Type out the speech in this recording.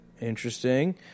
Interesting